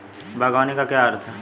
बागवानी का क्या अर्थ है?